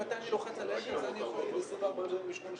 לצורך העניין, גם יכול להיות סוגי עסקאות,